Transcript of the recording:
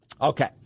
Okay